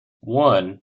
one